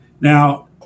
Now